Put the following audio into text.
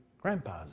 Grandpa's